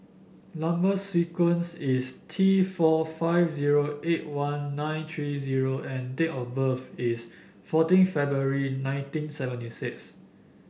number sequence is T four five zero eight one nine three O and date of birth is fourteen February nineteen seventy six